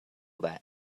that